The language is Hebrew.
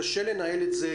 קצת קשה לנהל את זה,